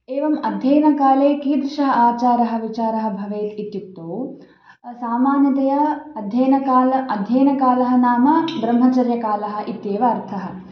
एवम् अध्ययनकाले कीदृशः आचारः विचारः भवेत् इत्युक्तौ सामान्यतया अध्ययनकालः अध्ययनकालः नाम ब्रह्मचर्यकालः इत्येव अर्थः